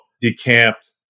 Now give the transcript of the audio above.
decamped